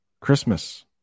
christmas